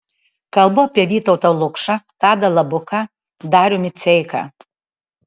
kalbu apie vytautą lukšą tadą labuką darių miceiką